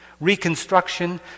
Reconstruction